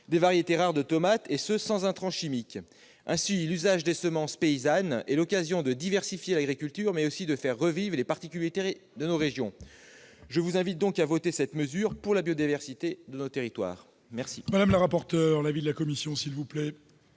des variétés rares de tomates, et ce sans intrants chimiques. Ainsi, l'usage des semences paysannes est l'occasion de diversifier l'agriculture, mais aussi de faire revivre les particularités de nos régions. Je vous invite donc, mes chers collègues, à voter cette mesure pour la biodiversité de nos territoires. Quel